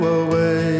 away